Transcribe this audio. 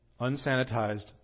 unsanitized